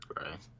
Right